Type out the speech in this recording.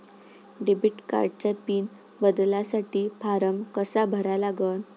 Debit कार्डचा pin बदलासाठी form कसा भरा लागन?